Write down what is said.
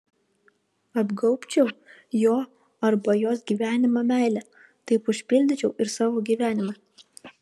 apgaubčiau jo arba jos gyvenimą meile taip užpildyčiau ir savo gyvenimą